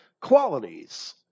Qualities